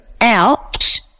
out